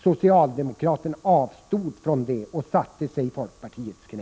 Socialdemokraterna avstod från detta och satte sig i folkpartiets knä.